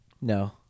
No